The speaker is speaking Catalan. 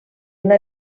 una